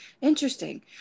Interesting